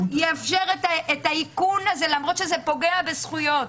יאפשר את האיכון למרות שזה פוגע בזכויות.